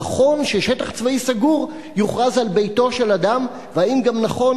נכון ש"שטח צבאי סגור" יוכרז על ביתו של אדם והאם גם נכון